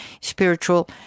spiritual